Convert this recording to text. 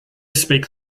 speak